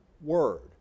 word